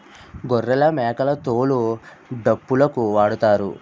గొర్రెలమేకల తోలు డప్పులుకు వాడుతారు